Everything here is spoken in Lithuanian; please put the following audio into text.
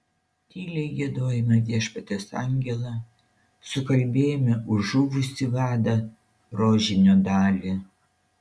tyliai giedojome viešpaties angelą sukalbėjome už žuvusį vadą rožinio dalį